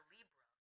Libra